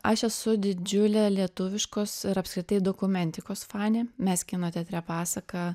aš esu didžiulė lietuviškos ir apskritai dokumentikos fanė mes kino teatre pasaka